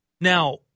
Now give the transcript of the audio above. Now